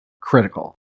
critical